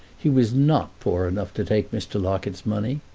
he was not poor enough to take mr. locket's money.